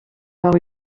par